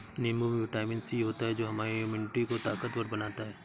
नींबू में vitamin C होता है जो हमारे इम्यूनिटी को ताकतवर बनाता है